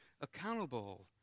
accountable